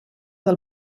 del